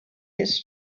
his